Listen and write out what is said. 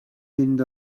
mynd